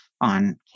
on